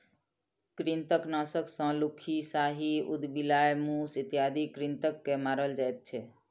कृंतकनाशक सॅ लुक्खी, साही, उदबिलाइ, मूस इत्यादि कृंतक के मारल जाइत छै